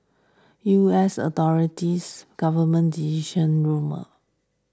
U S authorities government decision rumour